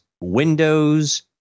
Windows